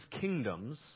kingdoms